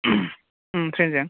train जों